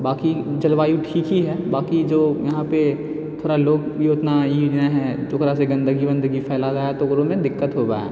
बाकी जलवायु ठीक ही है बाकी जो यहाँपर थोड़ा लोक भी उतना ई हइ ओकरासँ गन्दगी बन्दगी फैला रहा है तऽ ओकरोमे दिक्कत होवै हइ